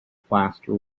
plaster